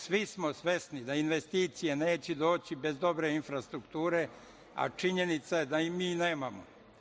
Svi smo svesni da investicije neće doći bez dobre infrastrukture, a činjenica je da je mi nemamo.